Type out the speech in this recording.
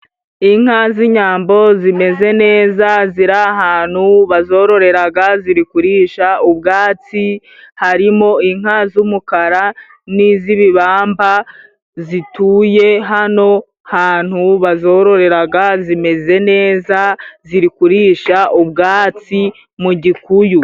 Inka z'inyambo zimeze neza ziri ahantu bazororeraga ziri kurisha ubwatsi harimo inka z'umukara n'iz'ibibamba zituye hano hantu bazororeraga zimeze neza ziri kurisha ubwatsi mu gikuyu.